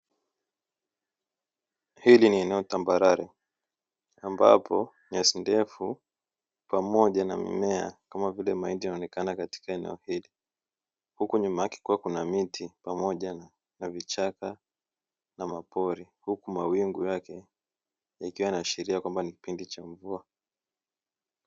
Hili ji eneo tambarale ambapo nyasi ndefu pamoja na mimea kama vile mahindi yanaonekana katika eneo hili, huku nyuma yake kukiwa na miti pamoja na vichaka na mapori huku mawingu yake yakiwa yanaashiria kuwa ni kipindi cha mvua.